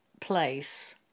place